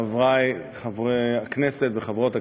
חברי חברי הכנסת וחברות הכנסת,